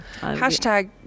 Hashtag